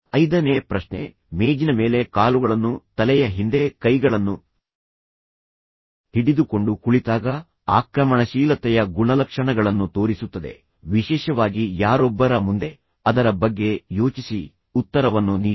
ಐದನೇ ಪ್ರಶ್ನೆ ಮೇಜಿನ ಮೇಲೆ ಕಾಲುಗಳನ್ನು ತಲೆಯ ಹಿಂದೆ ಕೈಗಳನ್ನು ಹಿಡಿದುಕೊಂಡು ಕುಳಿತಾಗ ಆಕ್ರಮಣಶೀಲತೆಯ ಗುಣಲಕ್ಷಣಗಳನ್ನು ತೋರಿಸುತ್ತದೆ ವಿಶೇಷವಾಗಿ ಯಾರೊಬ್ಬರ ಮುಂದೆ ಅದರ ಬಗ್ಗೆ ಯೋಚಿಸಿ ಉತ್ತರವನ್ನು ನೀಡಿ